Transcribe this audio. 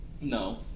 No